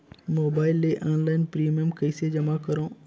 Mobile ले online premium कइसे जमा करों?